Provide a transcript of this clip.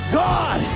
god